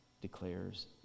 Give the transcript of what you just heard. declares